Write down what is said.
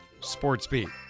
Sportsbeat